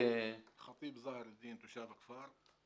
חטיב זהר אלדין, תושב הכפר.